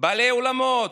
בעלי אולמות,